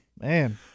Man